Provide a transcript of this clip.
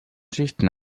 schichten